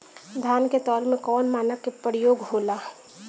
धान के तौल में कवन मानक के प्रयोग हो ला?